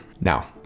now